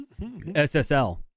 SSL